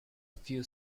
few